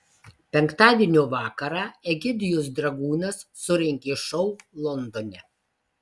penktadienio vakarą egidijus dragūnas surengė šou londone